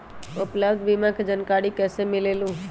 उपलब्ध बीमा के जानकारी कैसे मिलेलु?